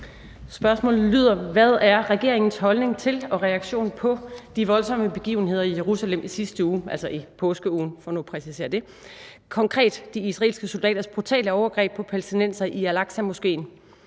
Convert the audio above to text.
Spørgsmålet lyder: Hvad er regeringens holdning til og reaktion på de voldsomme begivenheder i Jerusalem i sidste uge, altså i påskeugen for nu at præcisere det, konkret de israelske soldaters brutale overgreb på palæstinensere i al-Aqsa-moskéen,